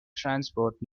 transport